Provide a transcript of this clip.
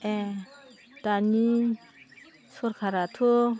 दानि सोरखाराथ'